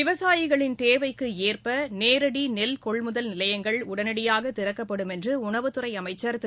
விவசாயிகளின் தேவைக்குஏற்பநேரடிநெல் கொள்முதல் நிலையங்கள் உடனடியாகதிறக்கப்படும் என்றுஉணவுத் துறைஅமைச்சர் திரு